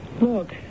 Look